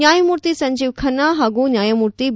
ನ್ಯಾಯಮೂರ್ತಿ ಸಂಜೀವ್ ಖನ್ನಾ ಹಾಗೂ ನ್ಯಾಯಮೂರ್ತಿ ಬಿ